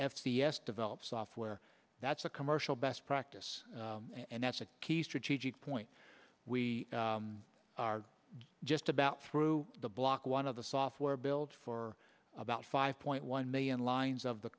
s develop software that's a commercial best practice and that's a key strategic point we are just about through the block one of the software built for about five point one million lines of the